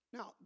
Now